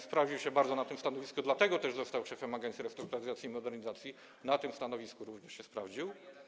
Sprawdził się bardzo na tym stanowisku, dlatego też został szefem Agencji Restrukturyzacji i Modernizacji, na tym stanowisku również się sprawdził.